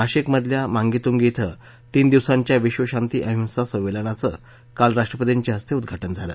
नाशिक मधल्या मांगीतुंगी धिं तीन दिवसांच्या विधशांती अंहिसा संमेलनाचं काल राष्ट्रपतींच्या हस्ते उद्घाटन झालं